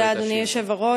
תודה, אדוני היושב-ראש.